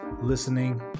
listening